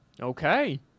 Okay